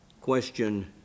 question